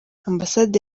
ambasade